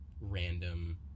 random